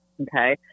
okay